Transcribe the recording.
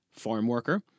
farmworker